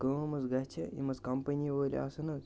کٲم حظ گژھِ یِم حظ کَمپٔنی وٲلۍ آسَن حظ